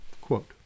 Quote